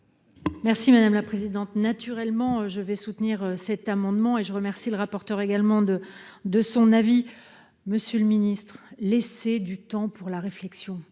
Merci madame la présidente, naturellement je vais soutenir cet amendement et je remercie le rapporteur également de de son avis, monsieur le Ministre, laisser du temps pour la réflexion,